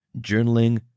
journaling